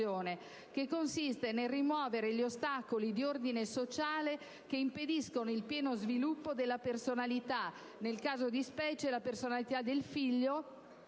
che consiste nel rimuovere gli ostacoli di ordine sociale che impediscono il pieno sviluppo della personalità, nel caso di specie la personalità del figlio